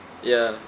ya